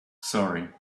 sorry